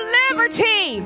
liberty